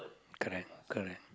correct correct